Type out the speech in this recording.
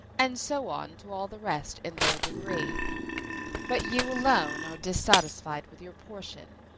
and so on to all the rest in their degree but you alone are dissatisfied with your portion.